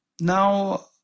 Now